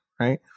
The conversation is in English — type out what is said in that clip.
right